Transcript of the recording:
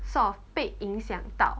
sort of 被影响到